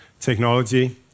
technology